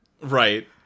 Right